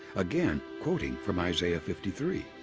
again quoting from isaiah fifty three.